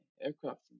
aircraft